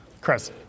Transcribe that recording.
Chris